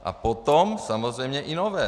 A potom samozřejmě i nové.